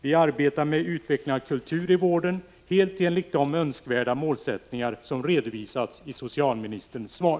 Vi arbetar med utveckling av kultur i vården, helt enligt de önskvärda målsättningar som redovisats i socialministerns svar.